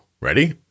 Ready